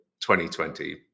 2020